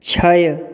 छै